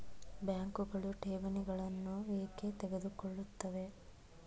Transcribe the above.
ಬ್ಯಾಂಕುಗಳು ಠೇವಣಿಗಳನ್ನು ಏಕೆ ತೆಗೆದುಕೊಳ್ಳುತ್ತವೆ?